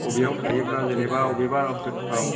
बबेयाव थायोब्ला जेनेबा बबेबा हटेल औ